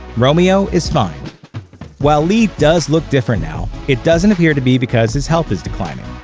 romeo is fine while li does look different now, it doesn't appear to be because his health is declining,